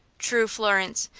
true, florence,